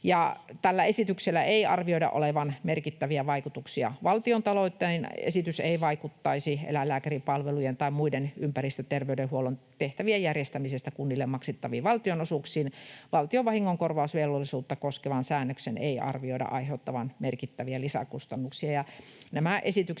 Tällä esityksellä ei arvioida olevan merkittäviä vaikutuksia valtiontalouteen. Esitys ei vaikuttaisi eläinlääkäripalvelujen tai muiden ympäristöterveydenhuollon tehtävien järjestämisestä kunnille maksettaviin valtionosuuksiin. Valtion vahingonkorvausvelvollisuutta koskevan säännöksen ei arvioida aiheuttavan merkittäviä lisäkustannuksia.